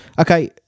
Okay